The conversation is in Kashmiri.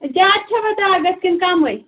زیادٕ چھَوا دَگ اَتھ کِنہٕ کَمٕے